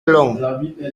long